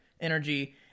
energy